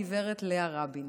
גברת לאה רבין".